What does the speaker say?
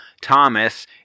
Thomas